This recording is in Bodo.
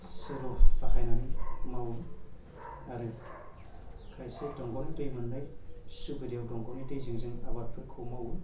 सेल' बाहायनानै मावो आरो खायसे दंगनि दै मोननाय सुबिदायाव दंगनि दैजों जोङो आबादफोरखौ मावो